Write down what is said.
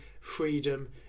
freedom